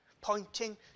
pointing